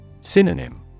Synonym